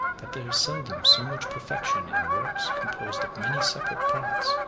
that there is seldom so much perfection in works composed of many separate parts,